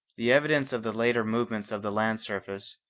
the evidence of the later movements of the land surface,